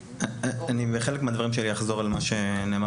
אני בחלק מהדברים שלי אחזור על מה שנאמר